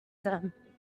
them